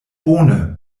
bone